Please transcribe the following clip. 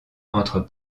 entre